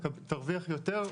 תרוויח יותר,